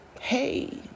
Hey